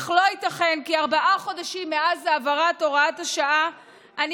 אך לא ייתכן כי ארבעה חודשים מאז העברת הוראת השעה אני